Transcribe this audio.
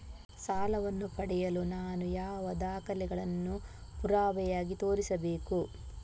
ಸಾಲವನ್ನು ಪಡೆಯಲು ನಾನು ಯಾವ ದಾಖಲೆಗಳನ್ನು ಪುರಾವೆಯಾಗಿ ತೋರಿಸಬೇಕು?